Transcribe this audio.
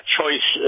Choice